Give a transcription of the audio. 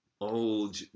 old